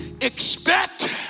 expect